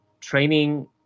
training